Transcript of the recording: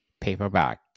paperback